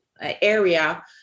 area